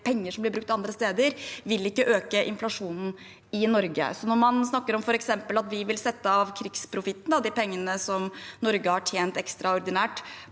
penger som blir brukt andre steder, ikke vil øke inflasjonen i Norge. Når man f.eks. snakker om at vi vil sette av krigsprofitten, de pengene som Norge har tjent ekstraordinært